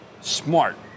smart